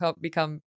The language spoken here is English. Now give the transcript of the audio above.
become